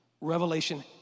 Revelation